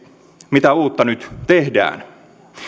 mitä uutta nyt tehdään